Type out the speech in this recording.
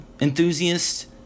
enthusiasts